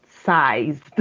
sized